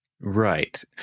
Right